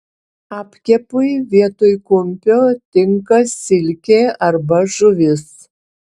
apkepui vietoj kumpio tinka silkė arba žuvis